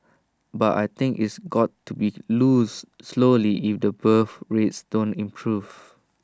but I think it's got to be loose slowly if the birth rates don't improve